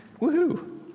Woohoo